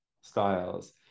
styles